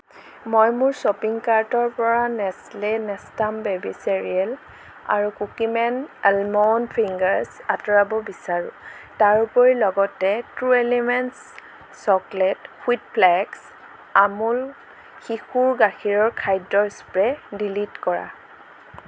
মই মোৰ শ্বপিং কাৰ্টৰ পৰা নেচ্লে নেষ্টাম বেবী চেৰিয়েল আৰু কুকিমেন আলমণ্ড ফিংগাৰছ আঁতৰাব বিচাৰোঁ তাৰোপৰি লগতে true elements chocolate wheat flakes Amul শিশুৰ গাখীৰৰ খাদ্যৰ স্প্ৰে' ডিলিট কৰা